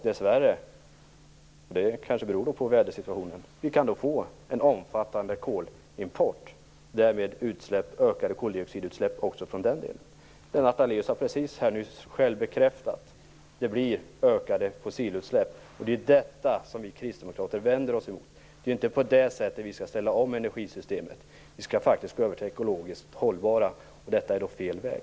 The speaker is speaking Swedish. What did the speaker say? Dessvärre kan vi också få - och det kanske beror på vädersituationen - en omfattande kolimport och därmed ökade koldioxidutsläpp också från den delen. Lennart Daléus har precis här nu själv bekräftat att det blir ökade fossilutsläpp. Det är detta som vi kristdemokrater vänder oss emot. Det är inte på det sättet vi skall ställa om energisystemet, utan vi skall gå över till någonting som är ekologiskt hållbart. Detta är fel väg.